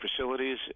facilities